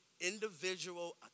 individual